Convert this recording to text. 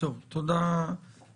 טוב, תודה רבה.